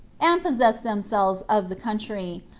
and possessed themselves of the country,